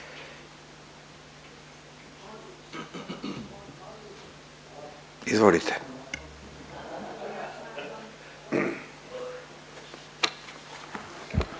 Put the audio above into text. izvolite.